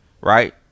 right